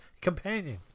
companion